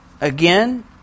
again